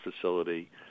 facility